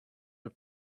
are